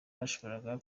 bashoboraga